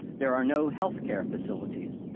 there are no health care facilities.